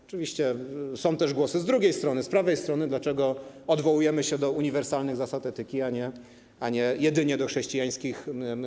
Oczywiście są też głosy z drugiej strony, z prawej strony, dlaczego odwołujemy się do uniwersalnych zasad etyki, a nie jedynie do wartości chrześcijańskich.